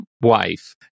wife